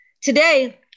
Today